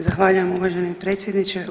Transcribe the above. Zahvaljujem uvaženi predsjedniče.